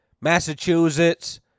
Massachusetts